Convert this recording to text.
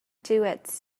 duets